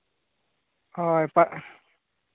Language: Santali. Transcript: ᱦᱳᱭ